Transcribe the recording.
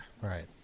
right